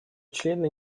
члены